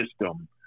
system